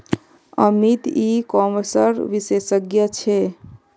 अमित ई कॉमर्सेर विशेषज्ञ छे